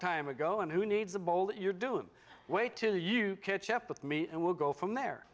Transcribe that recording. time ago and who needs a bowl that you're doing wait til you catch up with me and we'll go from there